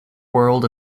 world